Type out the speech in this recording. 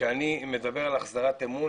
כשאני מדבר על החזרת אמון,